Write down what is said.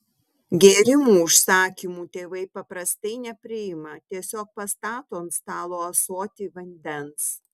gėrimų užsakymų tėvai paprastai nepriima tiesiog pastato ant stalo ąsotį vandens